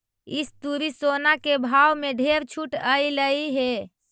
इस तुरी सोना के भाव में ढेर छूट अएलई हे